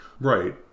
right